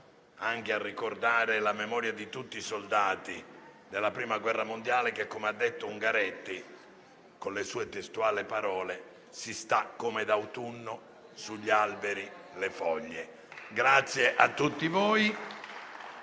anche a ricordare la memoria di tutti i soldati della Prima guerra mondiale che, come ha detto Ungaretti, con le sue testuali parole «Si sta come d'autunno sugli alberi le foglie». [**Presidenza del